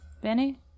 Benny